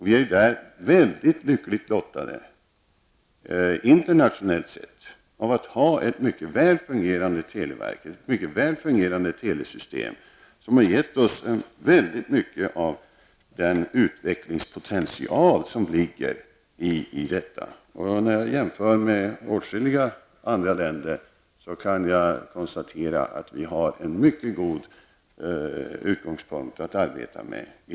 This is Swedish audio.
Vi är väldigt lyckligt lottade internationellt sett genom att vi har det mycket väl fungerande televerket och ett mycket väl fungerande telesystem, som har gett oss väldigt mycket av den utvecklingspotential som finns i detta. När jag jämför med åtskilliga andra länder, kan jag konstatera att vi har en mycket god utgångspunkt i det arbetet.